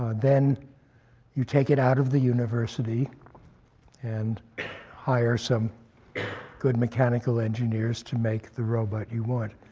then you take it out of the university and hire some good mechanical engineers to make the robot you want,